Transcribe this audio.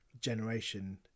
generation